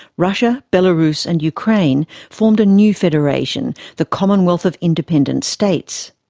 russia, belarus and ukraine formed a new federation, the commonwealth of independent states.